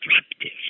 destructive